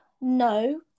no